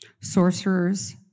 sorcerers